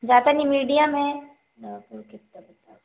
ज़्यादा नहीं मीडिया में नाप और कितना बताऊँ